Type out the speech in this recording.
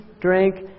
drink